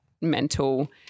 mental